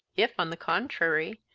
if, on the contrary,